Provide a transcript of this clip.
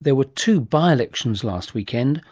there were two by-elections last weekend,